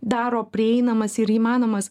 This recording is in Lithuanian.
daro prieinamas ir įmanomas